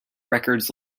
records